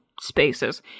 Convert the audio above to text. spaces